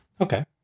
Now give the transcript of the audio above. Okay